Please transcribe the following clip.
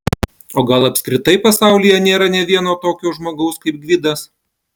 o gal apskritai pasaulyje nėra nė vieno tokio žmogaus kaip gvidas